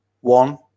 one